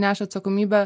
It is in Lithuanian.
neša atsakomybę